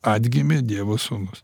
atgimė dievo sūnus